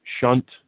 shunt